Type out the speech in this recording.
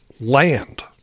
land